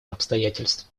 обстоятельств